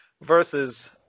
versus